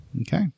Okay